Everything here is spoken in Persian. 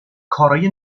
کارای